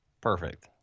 Perfect